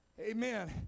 amen